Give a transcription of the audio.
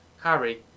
Harry